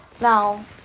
Now